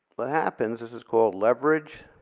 what happens, this is called leverage.